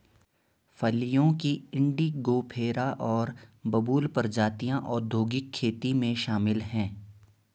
फलियों की इंडिगोफेरा और बबूल प्रजातियां औद्योगिक खेती में शामिल हैं